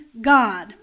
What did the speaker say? God